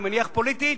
אני מניח פוליטית,